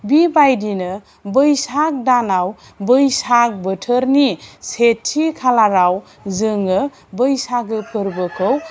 बेबायदिनो बैसाग दानाव बैसागो बोथोरनि सेथि खालाराव जोङो बैसागो फोरबोखौ